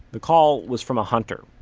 the call was from a hunter.